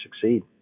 succeed